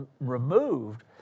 removed